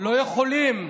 לא יכולים,